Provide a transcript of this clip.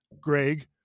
Greg